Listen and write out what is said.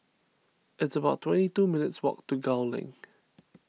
it's about twenty two minutes' walk to Gul Link